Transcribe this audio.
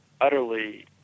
utterly